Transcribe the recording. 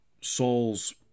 Saul's